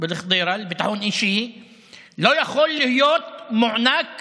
ולחדרה לביטחון אישי לא יכול להיות מוענק